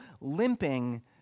limping